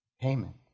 Payment